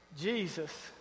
Jesus